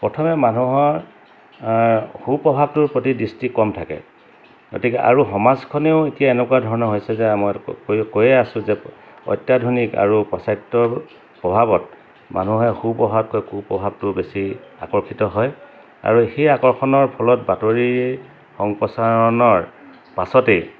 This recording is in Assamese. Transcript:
প্ৰথমে মানুহৰ সু প্ৰভাৱটোৰ প্ৰতি দৃষ্টি কম থাকে গতিকে আৰু সমাজখনেও এতিয়া এনেকুৱা ধৰণৰ হৈছে যে আমি কৈয়ে আছোঁ যে অত্যাধুনিক আৰু পশ্চাত্য প্ৰভাৱত মানুহে সু প্ৰভাৱকৈ কু প্ৰভাৱটো বেছি আকৰ্ষিত হয় আৰু সেই আকৰ্ষণৰ ফলত বাতৰি সম্প্ৰচাৰণৰ পাছতেই